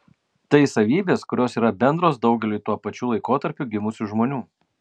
tai savybės kurios yra bendros daugeliui tuo pačiu laikotarpiu gimusių žmonių